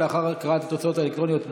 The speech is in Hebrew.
רק לאחר הקראת התוצאות האלקטרוניות.